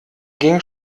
ging